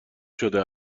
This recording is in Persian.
شده